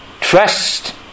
trust